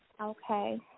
Okay